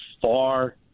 far